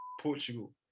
Portugal